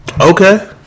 okay